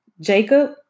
Jacob